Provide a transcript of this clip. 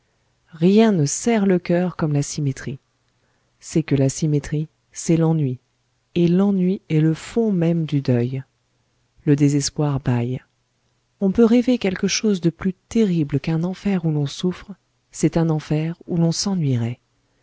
rien ne serre le coeur comme la symétrie c'est que la symétrie c'est l'ennui et l'ennui est le fond même du deuil le désespoir bâille on peut rêver quelque chose de plus terrible qu'un enfer où l'on souffre c'est un enfer où l'on s'ennuierait